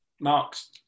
Marks